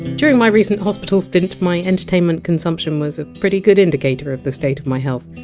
during my recent hospital stint, my entertainment consumption was a pretty good indicator of the state of my health.